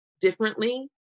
differently